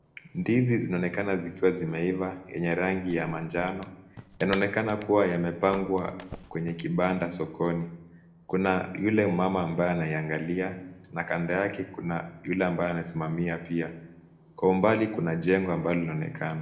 Ndizi zinaonekana zikiwa zimeiva zenye rangi ya manjano yanaonekana kuwa yamepangwa kwenye kibanda sokoni ,Kuna yule mama ambaye anayaangalia na kando yake kuna yule ambaye anasimamia pia. Kwa umbali Kuna jengo ambalo linaonekana.